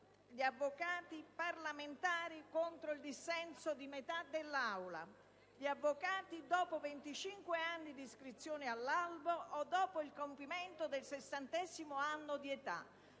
gli avvocati parlamentari, contro il dissenso di metà dell'Aula, e gli avvocati dopo 25 anni d'iscrizione all'albo o dopo il compimento del 60° anno di età.